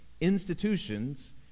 Institutions